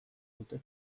dute